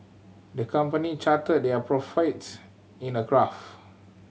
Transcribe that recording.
the company charted their profits in a graph